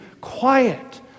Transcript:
quiet